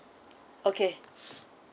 okay